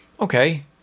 Okay